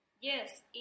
Yes